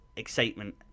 Excitement